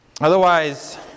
Otherwise